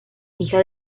hija